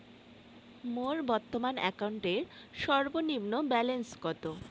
মোর বর্তমান অ্যাকাউন্টের সর্বনিম্ন ব্যালেন্স কত?